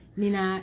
nina